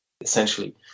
essentially